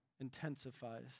intensifies